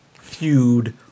feud